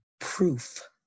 Proof